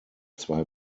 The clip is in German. zwei